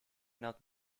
not